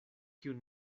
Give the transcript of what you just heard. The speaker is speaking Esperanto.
kiun